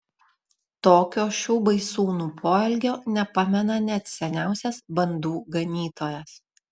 tokio šių baisūnų poelgio nepamena net seniausias bandų ganytojas